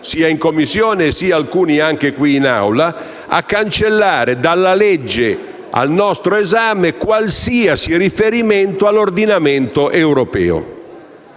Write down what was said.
sia in Commissione sia qui in Aula, emendamenti volti a cancellare dalla legge al nostro esame qualsiasi riferimento all'ordinamento europeo;